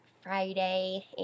Friday